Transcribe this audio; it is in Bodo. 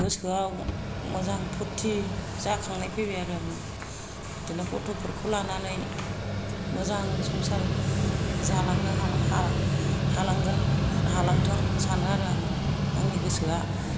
गोसोआव मोजां फुर्ति जाखांनाय फैबाय आरो आंनाव बिदिनो गथ'फोरखौ लानानै मोजां संसार जालांनो हालांगोन हालांथों सानो आरो आंनि गोसोआ